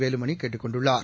வேலுமணி கேட்டுக் கொண்டுள்ளார்